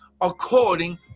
according